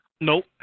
Nope